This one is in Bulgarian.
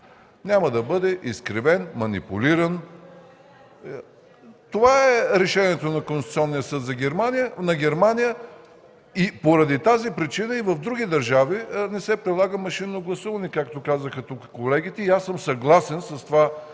няма да бъде изкривен, манипулиран. Това е решението на Конституционния съд на Германия и поради тази причина в други държави не се прилага машинно гласуване, както казаха тук колегите. И аз съм съгласен с това,